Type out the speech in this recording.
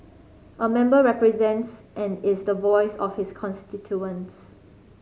a member represents and is the voice of his constituents